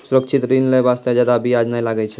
सुरक्षित ऋण लै बास्ते जादा बियाज नै लागै छै